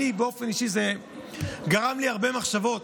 לאופן אישי זה גרם הרבה מחשבות.